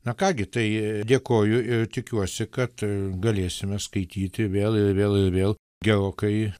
na ką gi tai dėkoju ir tikiuosi kad galėsime skaityti vėl ir vėl ir vėl gerokai